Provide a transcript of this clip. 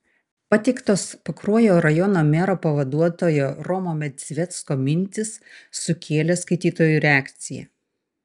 pateiktos pakruojo rajono mero pavaduotojo romo medzvecko mintys sukėlė skaitytojų reakciją